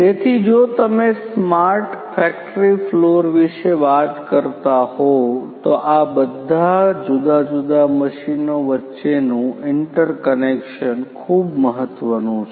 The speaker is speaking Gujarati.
તેથી જો તમે સ્માર્ટ ફેક્ટરી ફ્લોર વિશે વાત કરતા હોવ તો આ બધા જુદા જુદા મશીનો વચ્ચેનું ઇન્ટરકનેક્શન ખૂબ મહત્વનું છે